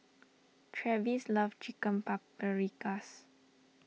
Travis loves Chicken Paprikas